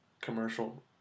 commercial